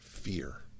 fear